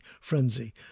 frenzy